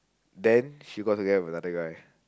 then she got together with another guy